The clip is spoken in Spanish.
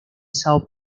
são